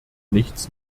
nichts